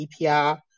EPR